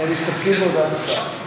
הם מסתפקים בהודעת השר.